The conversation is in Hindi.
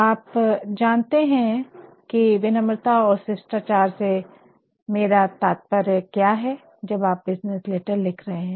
आप जानते है विनम्रता और शिष्टाचार से मेरा तात्पर्य क्या है जब आप बिज़नेस लेटर लिख रहे है